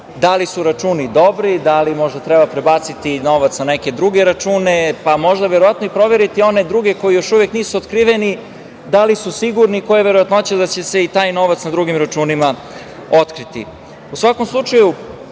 da li su računi dobri, da li možda treba prebaciti novac na neke druge račune, pa možda verovatno i proveriti one druge koji još uvek nisu otkriveni da li su sigurni i koja je verovatnoća da će se i taj novac na drugim računima otkriti.U svakom slučaju,